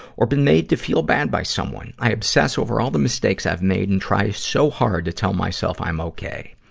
or been made to feel bad by someone. i obsess over all the mistakes i've made and try so hard to tell myself i'm okay.